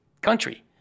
country